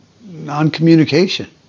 non-communication